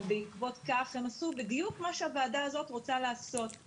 ובעקבות כך הם עשו בדיוק מה שהוועדה הזאת רוצה לעשות.